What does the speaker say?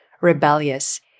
rebellious